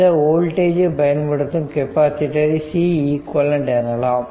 இந்த வோல்டேஜ் ஐ பயன்படுத்தும் கெப்பாசிட்டரை Ceq எனலாம்